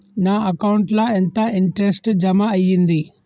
నా అకౌంట్ ల ఎంత ఇంట్రెస్ట్ జమ అయ్యింది?